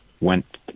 went